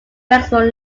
maximum